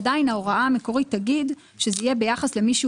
עדיין ההוראה המקורית תגיד שזה יהיה ביחס למי שהוא